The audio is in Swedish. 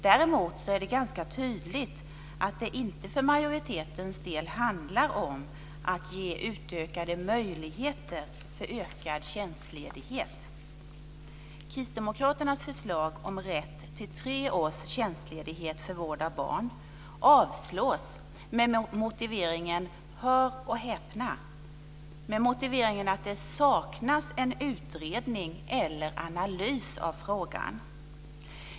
Däremot är det ganska tydligt att det inte för majoritetens del handlar om att ge utökade möjligheter för ökad tjänstledighet. Kristdemokraternas förslag om rätt till tre års tjänstledighet för vård av barn avstyrks med motiveringen - hör och häpna - att det saknas en utredning eller analys av frågan.